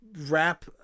wrap